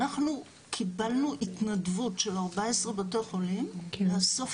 אנחנו קיבלנו התנדבות של 14 בתי חולים לאסוף